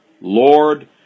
Lord